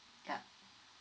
yup